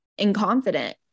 inconfident